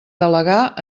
delegar